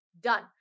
done